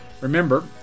Remember